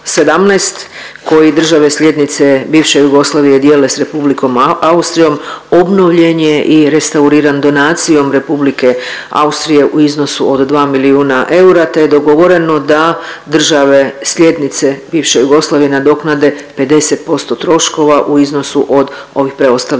17 koji države slijednice bivše Jugoslavije dijele s Republikom Austrijom obnovljen je i restauriran donacijom Republike Austrije u iznosu od 2 milijuna eura, te je dogovoreno da države slijednice bivše Jugoslavije nadoknade 50% troškova u iznosu od ovih preostalih